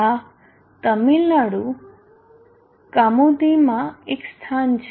આ તમિલનાડુ કામુધિમાં એક સ્થાન છે